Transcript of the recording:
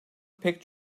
pek